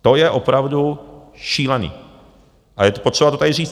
To je opravdu šílené a je potřeba to tady říct.